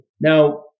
Now